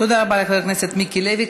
תודה רבה לחבר הכנסת מיקי לוי.